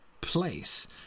place